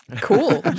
Cool